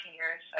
years